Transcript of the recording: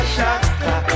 Shaka